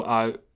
out